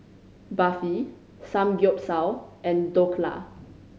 Barfi Samgyeopsal and Dhokla